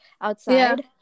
outside